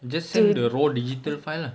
just send the raw digital file ah